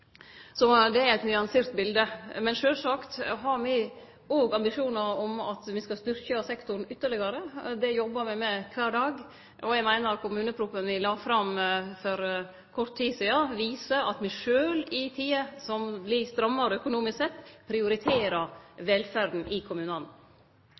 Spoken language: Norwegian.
Så det er eit nyansert bilete. Sjølvsagt har me òg ambisjonar om at me skal styrkje sektoren ytterlegare. Det jobbar me med kvar dag, og eg meiner kommuneproposisjonen me la fram for kort tid sidan, viser at me sjølv i tider som vert strammare økonomisk sett,